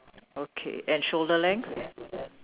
okay and shoulder length